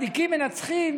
שהצדיקים מנצחים,